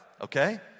Okay